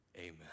Amen